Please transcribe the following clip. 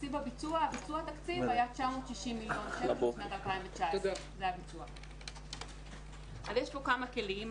ביצוע התקציב היה 960 מיליון שקל בשנת 2019. יש פה כמה כלים,